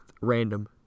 Random